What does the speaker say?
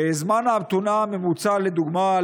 זמן ההמתנה הממוצע, לדוגמה,